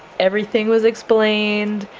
everything was explained,